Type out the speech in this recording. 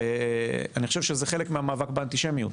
אני חושב שזה חלק מהמאבק באנטישמיות